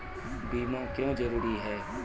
बीमा क्यों जरूरी हैं?